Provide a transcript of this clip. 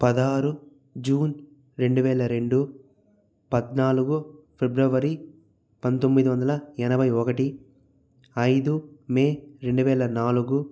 పదహారు జూన్ రెండు వేల రెండు పద్నాలుగు ఫిబ్రవరి పంతొమ్మిది వందల ఎనభై ఒకటి ఐదు మే రెండు వేల నాలుగు